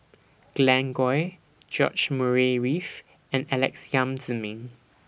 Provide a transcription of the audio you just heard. Glen Goei George Murray Reith and Alex Yam Ziming